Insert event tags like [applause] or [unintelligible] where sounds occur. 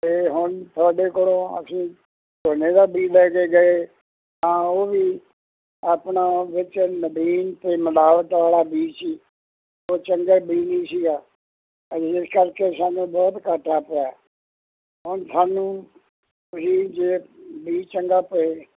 ਅਤੇ ਹੁਣ ਤੁਹਾਡੇ ਕੋਲੋਂ ਅਸੀਂ ਝੋਨੇ ਦਾ ਬੀਜ ਲੈ ਕੇ ਗਏ ਹਾਂ ਉਹ ਵੀ ਆਪਣਾ ਵਿੱਚ [unintelligible] ਅਤੇ ਮਿਲਾਵਟ ਵਾਲਾ ਬੀਜ ਸੀ ਉਹ ਚੰਗੇ ਬੀਜ ਨਹੀਂ ਸੀਗਾ ਹਾਂਜੀ ਇਸ ਕਰਕੇ ਸਾਨੂੰ ਬਹੁਤ ਘਾਟਾ ਪਿਆ ਹੁਣ ਸਾਨੂੰ ਤੁਸੀਂ ਜੇ ਬੀਜ ਚੰਗਾ ਪਏ